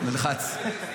נלחץ.